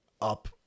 up